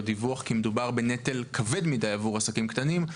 דיווח כי מדובר בנטל כבד מדי עבור עסקים קטנים,